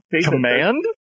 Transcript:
Command